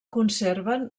conserven